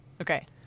Okay